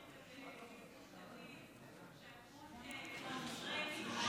והניפו שלטים,